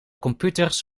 computers